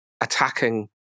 attacking